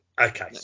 Okay